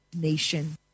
nation